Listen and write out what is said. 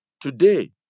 Today